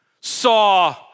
saw